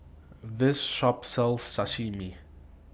This Shop sells Sashimi